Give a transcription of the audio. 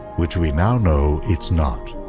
which we now know it's not.